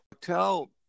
Tell